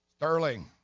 Sterling